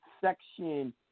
Section